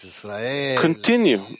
continue